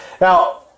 Now